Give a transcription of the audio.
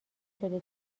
شده